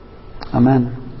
Amen